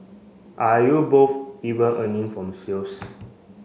are you both even earning from sales